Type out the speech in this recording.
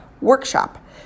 workshop